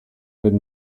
good